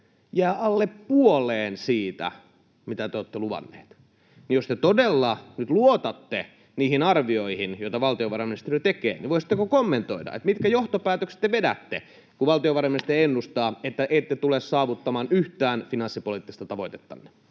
jää alle puoleen siitä, mitä te olette luvanneet. Jos te todella nyt luotatte niihin arvioihin, joita valtiovarainministeriö tekee, niin voisitteko kommentoida, että mitkä johtopäätökset te vedätte, kun valtiovarainministeriö ennustaa, että ette tule saavuttamaan yhtään finanssipoliittista tavoitettanne.